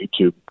YouTube